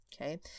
okay